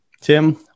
Tim